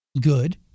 good